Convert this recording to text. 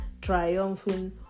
Triumphing